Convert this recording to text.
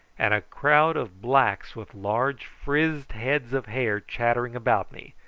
and a crowd of blacks with large frizzed heads of hair chattering about me,